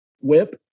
whip